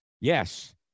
yes